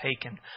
taken